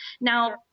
Now